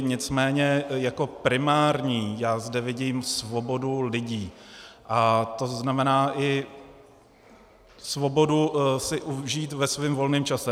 Nicméně jako primární já zde vidím svobodu lidí, a to znamená i svobodu si užít ve svém volném čase.